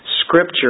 scripture